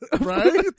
right